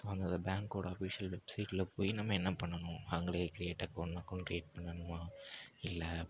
so அந்தந்த பேங்க்கோட official வெப்சைட்டில போய் நம்ம என்ன பண்ணனும் நாங்களே க்ரியேட் அக்கௌண்ட்னு அக்கௌண்ட் க்ரியேட் பண்ணனுமா இல்லை